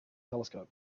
telescope